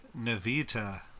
navita